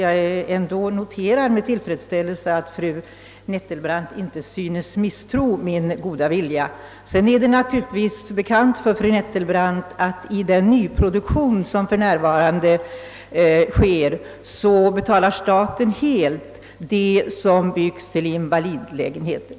— Jag noterar ändå med tillfredsställelse att fru Nettelbrandt inte synes misstro min goda vilja. Sedan är det naturligtvis bekant för fru Nettelbrandt att i den nyproduktion som för närvarande äger rum betalar staten helt den del av byggandet som avser invalidlägenheter.